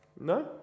No